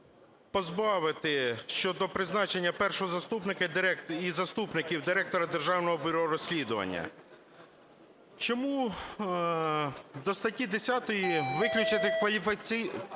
позбавити щодо призначення першого заступника і заступників директора Державного бюро розслідувань. Чому до статті 10 виключити кваліфікаційні